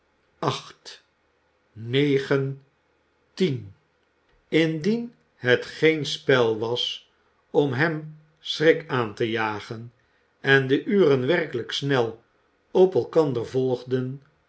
acht negen tien indien het geen spel was om hem schrik aan te jagen en de uren werkelijk snel op elkander volgden